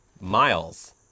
Miles